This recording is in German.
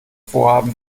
vorhaben